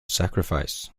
sacrifice